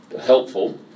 helpful